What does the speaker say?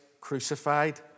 crucified